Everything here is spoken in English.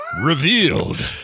revealed